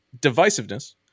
divisiveness